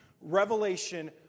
revelation